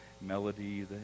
melody